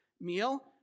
meal